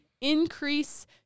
increase